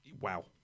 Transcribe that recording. Wow